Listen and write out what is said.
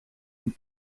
een